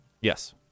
Yes